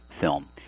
film